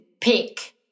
pick